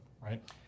right